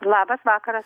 labas vakaras